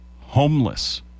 homeless